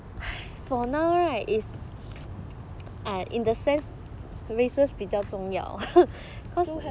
!hais! for now right in the sense braces 比较重要